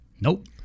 Nope